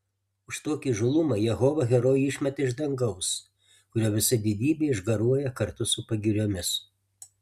už tokį įžūlumą jehova herojų išmeta iš dangaus kurio visa didybė išgaruoja kartu su pagiriomis